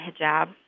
hijab